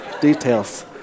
details